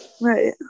right